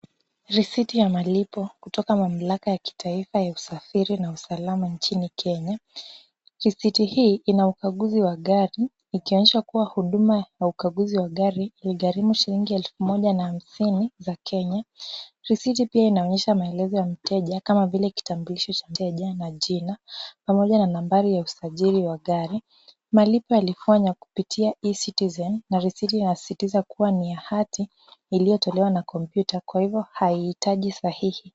Risiti ya malipo kutoka mamlaka ya kitaifa ya kusafiri na usalama nchini Kenya. Risiti hii ina ukaguzi wa gari ikionyesha kuwa huduma ya ukaguzi wa gari iligarimu shilingi elfu moja na hamsini za Kenya. Risiti pia inaonyesha maelezo ya mteja kama vile kitambulisho cha mteja na jina pamoja na nambari ya usajili wa gari. Malipo yalifanywa kupitia e-Citizen na risiti inasistiza kuwa ni ya hati iliyotolewa na kompyuta kwa hivyo haihitaji sahihi.